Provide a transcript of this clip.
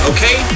Okay